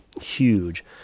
huge